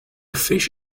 fish